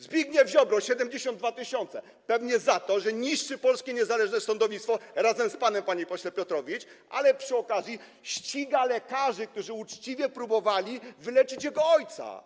Zbigniew Ziobro - 72 tys. Pewnie za to, że niszczy polskie niezależne sądownictwo razem z panem, panie pośle Piotrowicz, ale przy okazji ściga lekarzy, którzy uczciwie próbowali wyleczyć jego ojca.